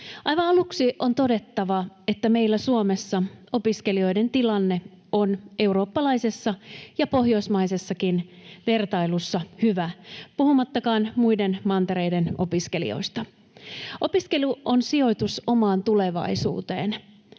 Aivan aluksi on todettava, että meillä Suomessa opiskelijoiden tilanne on eurooppalaisessa ja pohjoismaisessakin vertailussa hyvä, puhumattakaan muiden mantereiden opiskelijoista. Opiskelu on sijoitus omaan tulevaisuuteen.